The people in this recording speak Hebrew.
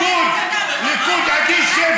ליכוד אדיש?